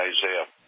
Isaiah